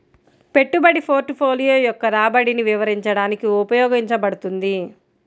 పెట్టుబడి పోర్ట్ఫోలియో యొక్క రాబడిని వివరించడానికి ఉపయోగించబడుతుంది